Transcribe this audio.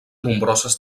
nombroses